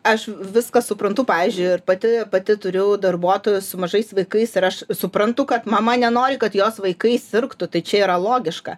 aš viską suprantu pavyzdžiui ir pati pati turiu darbuotojus su mažais vaikais ir aš suprantu kad mama nenori kad jos vaikai sirgtų tai čia yra logiška